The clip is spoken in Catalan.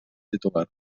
titular